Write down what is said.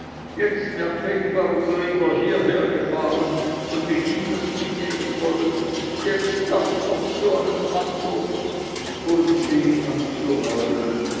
jetzt merke ich warum du immer hierher gefahren und mich nicht hast mitnehmen wollen jetzt das noch zu allem andern und fing an zu heulen